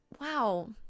wow